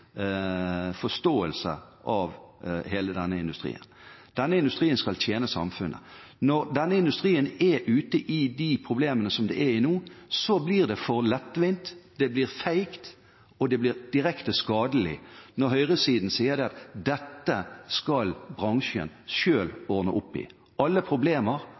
forståelse av hele denne industrien. Denne industrien skal tjene samfunnet. Når denne industrien er ute i de problemene som den er i nå, blir det for lettvint, det blir feigt og det blir direkte skadelig når høyresiden sier at dette skal bransjen selv ordne opp i. Alle problemer